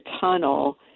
tunnel